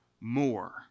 more